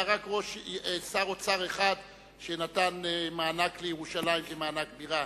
היה רק שר אוצר אחד שנתן מענק לירושלים כמענק הבירה,